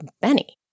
Benny